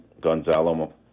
Gonzalo